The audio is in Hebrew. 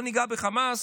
לא ניגע בחמאס,